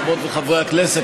חברות וחברי הכנסת,